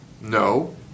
No